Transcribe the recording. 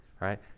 right